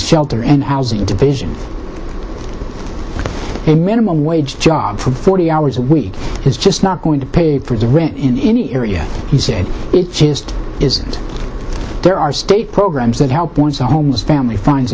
shelter and housing division a minimum wage job for forty hours a week is just not going to pay for the rent in the area he said it just isn't there are state programs that help once the homeless family finds a